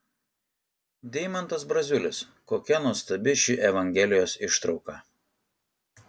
deimantas braziulis kokia nuostabi ši evangelijos ištrauka